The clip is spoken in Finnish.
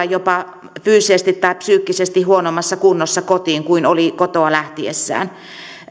jopa tulla fyysisesti tai psyykkisesti huonommassa kunnossa kotiin kuin oli kotoa lähtiessään